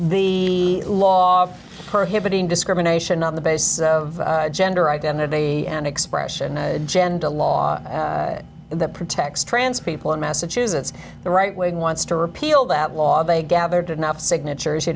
the law prohibiting discrimination on the basis of gender identity and expression gender a law that protects trans people in massachusetts the right wing wants to repeal that law they gathered enough signatures you